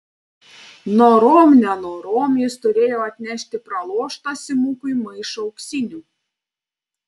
norom nenorom jis turėjo atnešti praloštą simukui maišą auksinių